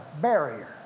barrier